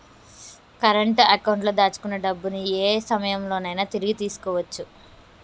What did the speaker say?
current అకౌంట్లో దాచుకున్న డబ్బుని యే సమయంలోనైనా తిరిగి తీసుకోవచ్చు